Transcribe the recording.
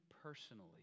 personally